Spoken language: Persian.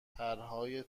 پرهای